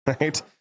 Right